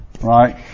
right